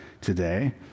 today